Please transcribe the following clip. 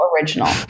original